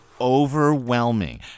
overwhelming